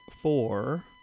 four